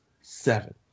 seven